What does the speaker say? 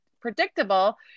predictable